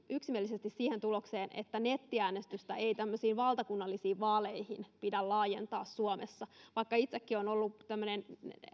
yksimielisesti siihen tulokseen että nettiäänestystä ei tämmöisiin valtakunnallisiin vaaleihin pidä laajentaa suomessa vaikka itsekin olen ollut tämmöinen